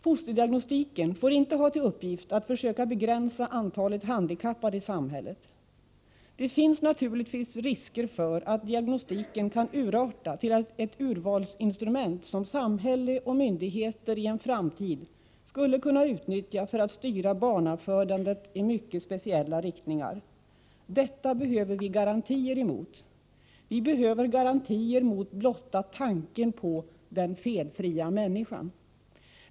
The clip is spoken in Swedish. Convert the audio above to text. Fosterdiagnostiken får inte ha till uppgift att försöka begränsa antalet handikappade i samhället. Det finns naturligtvis risker för att diagnostiken kan urarta till ett urvalsinstrument, som samhälle och myndigheter i en framtid skulle kunna utnyttja för att styra barnafödandet i mycket speciella riktningar. Detta behöver vi garantier emot. Vi behöver garantier mot blotta tanken på ”den felfria människan”.